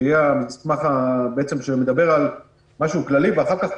שיהיה המסמך שמדבר על משהו כללי ואחר כך,